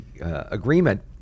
agreement